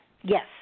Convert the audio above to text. Yes